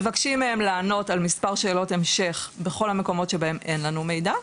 מבקשים מהם לענות על מספר שאלות המשך בכל המקומות שבהם אין לנו מידע,